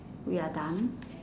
we're done